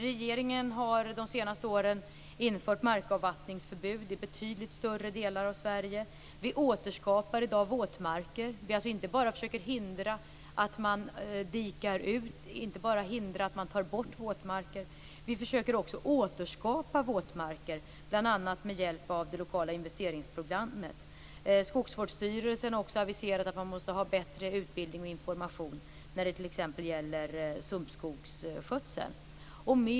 Regeringen har de senaste åren infört markavvattningsförbud i betydligt större delar av Sverige. Vi återskapar i dag våtmarker. Vi försöker alltså inte bara hindra att man dikar ut och tar bort våtmarker, utan vi försöker också återskapa våtmarker, bl.a. med hjälp av det lokala investeringsprogrammet. Skogsvårdsstyrelsen har också aviserat att man måste ha bättre utbildning och information om t.ex. sumpskogsskötsel.